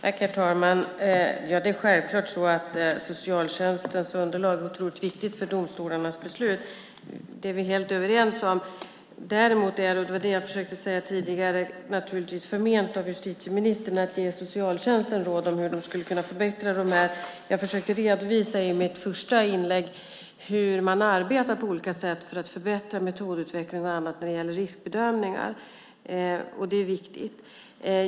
Herr talman! Det är självklart att socialtjänstens underlag är otroligt viktigt för domstolarnas beslut. Det är vi helt överens om. Det jag försökte säga tidigare var att det är förment av justitieministern att ge socialtjänsten råd om hur de skulle kunna förbättra detta. Jag försökte i mitt första inlägg redovisa hur man arbetar för att förbättra metodutveckling och annat när det gäller riskbedömningar.